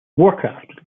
warcraft